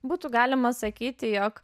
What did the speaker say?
būtų galima sakyti jog